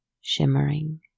shimmering